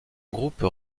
groupes